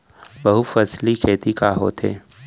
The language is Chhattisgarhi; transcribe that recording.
बहुफसली खेती का होथे?